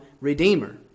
redeemer